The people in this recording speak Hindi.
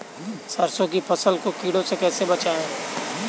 सरसों की फसल को कीड़ों से कैसे बचाएँ?